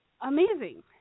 Amazing